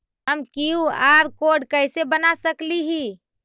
हम QR code कैसे बना सकली ही?